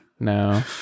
No